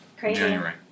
january